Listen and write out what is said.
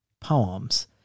poems